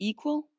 Equal